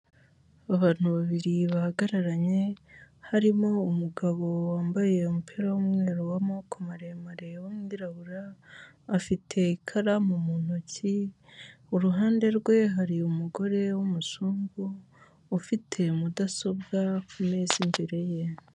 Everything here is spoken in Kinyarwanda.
Abantu babiri bahagararanye harimo umugabo wambaye umupira w'umweru w'amaboko maremare w'umwirabura afite ikaramu mu ntoki, uruhande rwe hari umugore w'umuzungu ufite mudasobwa ku meza imbere ye.